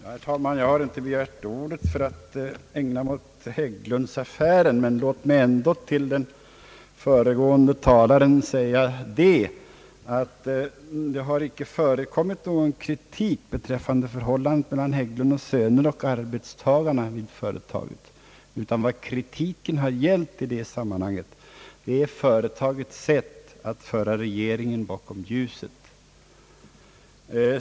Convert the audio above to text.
Herr talman! Jag har inte begärt ordet för att ägna mig åt Hägglunds-affären, men låt mig ändå till den föregående talaren säga att det inte har förekommit någon kritik beträffande förhållandet mellan Hägglund & söner och arbetstagarna vid företaget. Vad kritiken har gällt i detta sammanhang är företagets sätt att föra regeringen bakom lju Set.